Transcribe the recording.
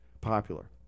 Popular